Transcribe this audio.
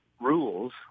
rules